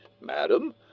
Madam